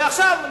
ועכשיו,